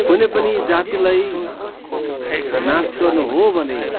कुनै पनि जातिलाई नाश गर्नु हो भने